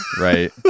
right